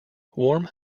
warm